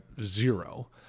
zero